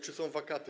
Czy są wakaty?